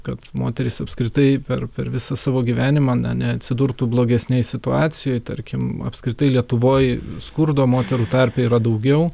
kad moterys apskritai per per visą savo gyvenimą na neatsidurtų blogesnėj situacijoj tarkim apskritai lietuvoj skurdo moterų tarpe yra daugiau